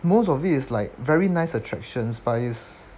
most of it like very nice attractions but it's